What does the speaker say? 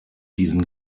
diesen